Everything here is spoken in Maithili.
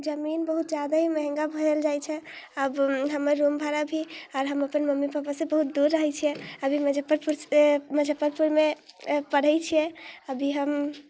जमीन बहुत जादे ही मँहगा भेल जाइ छै आब हमर रूम भाड़ा भी आओर हम अपन मम्मी पपासँ बहुत दूर रहै छियै अभी मजफ्फरपुरसँ मजफ्फरपुरमे पढ़ै छियै अभी हम